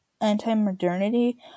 anti-modernity